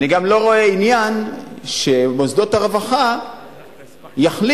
אני גם לא רואה עניין שמוסדות הרווחה יחליטו